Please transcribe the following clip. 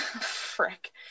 frick